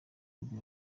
nibwo